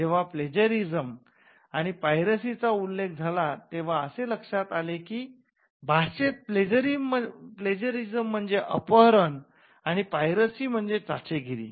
जेंव्हा प्लेजेरिसम आणि पायरसी चा उल्लेख झाला तेंव्हा असे लक्षात आले कि भाषेत प्लेजेरिसम म्हणजे अपहरण आणि पायरसी म्हणजे चाचेगिरी